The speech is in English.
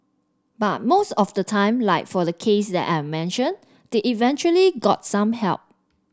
but most of the time like for the case that I mentioned they eventually got some help